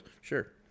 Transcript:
Sure